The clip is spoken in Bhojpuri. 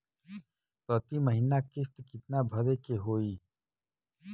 प्रति महीना किस्त कितना भरे के होई?